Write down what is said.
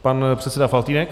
Pan předseda Faltýnek.